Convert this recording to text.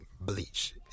bleach